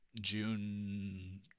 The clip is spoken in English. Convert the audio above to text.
June